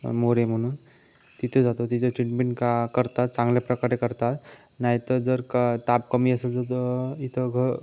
मोरे म्हणून तिथे जातो तिथे ट्रीटमेंट का करतात चांगल्या प्रकारे करतात नाहीतर जर का ताप कमी असेल इथं घ